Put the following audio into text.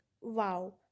Wow